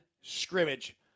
scrimmage